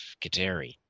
Kateri